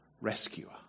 rescuer